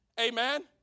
Amen